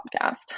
podcast